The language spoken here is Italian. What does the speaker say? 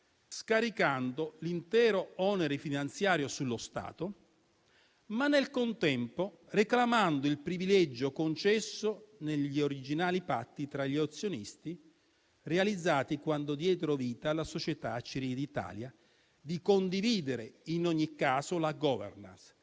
scaricando l'intero onere finanziario sullo Stato, ma nel contempo reclamando il privilegio concesso negli originali patti tra gli azionisti, realizzati quando diedero vita alla società Acciaierie d'Italia, di condividere in ogni caso la *governance*,